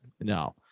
No